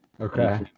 Okay